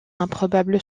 improbable